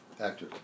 Actor